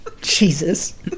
Jesus